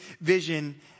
vision